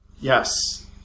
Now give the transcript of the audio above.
Yes